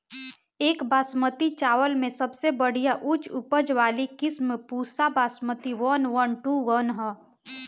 एक बासमती चावल में सबसे बढ़िया उच्च उपज वाली किस्म Pusa Basmati one one two one ह?